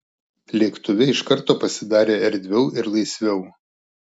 lėktuve iš karto pasidarė erdviau ir laisviau